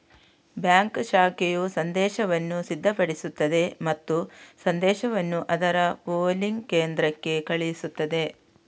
bank ಶಾಖೆಯು ಸಂದೇಶವನ್ನು ಸಿದ್ಧಪಡಿಸುತ್ತದೆ ಮತ್ತು ಸಂದೇಶವನ್ನು ಅದರ ಪೂಲಿಂಗ್ ಕೇಂದ್ರಕ್ಕೆ ಕಳುಹಿಸುತ್ತದೆ